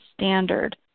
standard